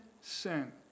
sin